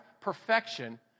perfection